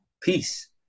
peace